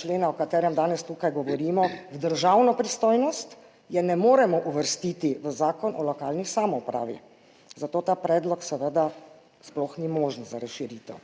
člena, o katerem danes tukaj govorimo v državno pristojnost, je ne moremo uvrstiti v Zakon o lokalni samoupravi, zato ta predlog seveda sploh ni možen za razširitev.